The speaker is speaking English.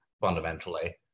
fundamentally